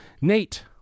Nate